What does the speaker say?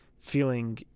feeling